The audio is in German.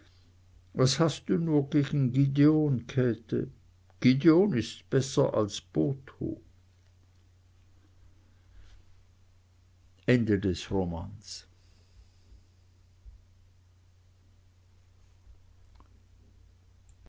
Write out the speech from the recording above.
was hast du nur gegen gideon käthe gideon ist besser als botho